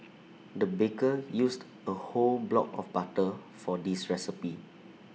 the baker used A whole block of butter for this recipe